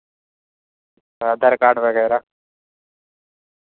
Aadhaar card وغیرہ